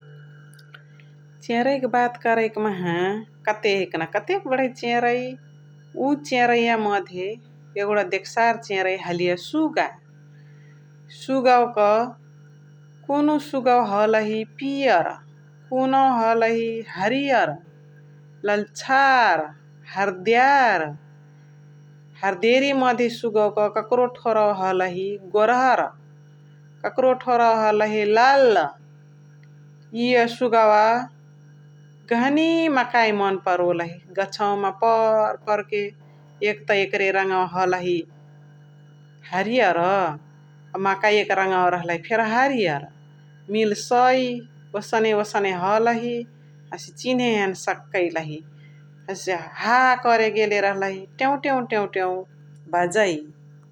चेरइक बात करइकी माहा कतेक न कतेक बणइ चेरइ । उ चेरइया मधे एगुणा देगसार चेरइ हलिय सुगा । सुगवका कुनुहु सुगवा हलही पियार, कुनुहु हलही हरियर्, लाल्छर्, हरद्यार । हर्देरी मधे सुगवका काकारो थोरवा हलही गोरहर । काकारो थोरवा हलही लाल । इय सुगवा गहनी मकइ मन्परोलही गछव मा पर पर के । एक त एकरे रङवा हलही हरियारआ एक त मकैय रङवा फेरी रहलहि हलही हरियार मिल्सै ओसने ओसने हलही हसे चिन्हे हैने सकैलही । हसे हा करे गेले रहलही टेउ टेउ बजै ।